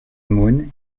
moon